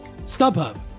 StubHub